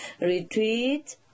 retreat